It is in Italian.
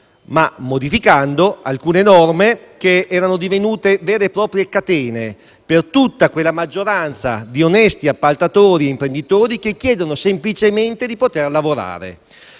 ma modificando alcune norme che erano divenute vere e proprie catene per tutta quella maggioranza di onesti appaltatori e imprenditori che chiedono semplicemente di poter lavorare.